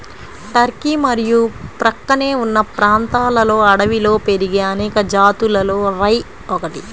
Turkey మరియు ప్రక్కనే ఉన్న ప్రాంతాలలో అడవిలో పెరిగే అనేక జాతులలో రై ఒకటి